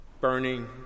Burning